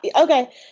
Okay